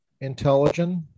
intelligent